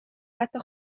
حتی